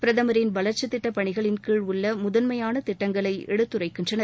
பிரதமரின் வளர்ச்சி திட்ட பணிகளின் கீழ் உள்ள முதன்மையான திட்டங்களை எடுத்துரைக்கின்றனர்